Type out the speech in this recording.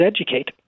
educate